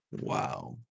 Wow